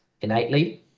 innately